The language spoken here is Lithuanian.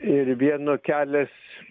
ir vieno kelias